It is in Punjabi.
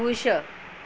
ਖੁਸ਼